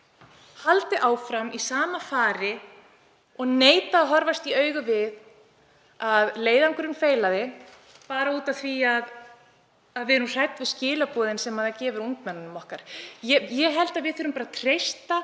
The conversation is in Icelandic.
haldið áfram í sama fari og neitað að horfast í augu við að leiðangurinn mistókst af því að við erum hrædd við skilaboðin sem það sendir ungmennunum okkar. Ég held að við þurfum að treysta